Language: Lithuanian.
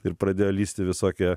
ir pradėjo lįsti visokie